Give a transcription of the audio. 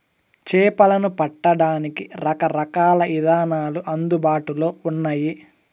చేపలను పట్టడానికి రకరకాల ఇదానాలు అందుబాటులో ఉన్నయి